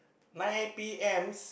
nine P M